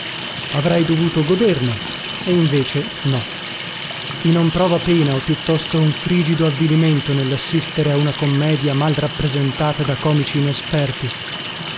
avrei dovuto goderne e invece no chi non prova pena o piuttosto un frigido avvilimento nellassistere a una commedia mal rappresentata da comici inesperti